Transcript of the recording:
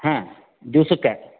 ಹಾಂ ದಿವ್ಸಕ್ಕೆ